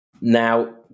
Now